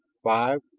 five.